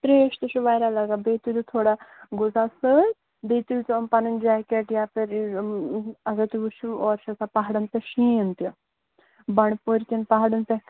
ترٛیش تہِ چھِ واریاہ لَگان بیٚیہِ تُلِو تھوڑا غذا سۭتۍ بیٚیہِ تُلۍزیٚو یِم پَنٕنۍ جیکیٹ ویکیٹ یہِ یِم اَگر تُہۍ وُچھو اورٕ چھِ آسان پہاڑَن پٮ۪ٹھ شیٖن تہِ بنٛڈٕ پورِ کٮ۪ن پہاڑَن پٮ۪ٹھ